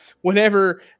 whenever